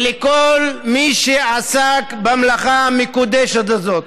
ולכל מי שעסק במלאכה המקודשת הזאת.